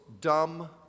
Dumb